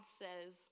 says